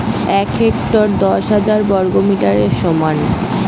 এক হেক্টর দশ হাজার বর্গমিটারের সমান